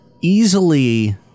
easily